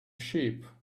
sheep